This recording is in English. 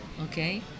okay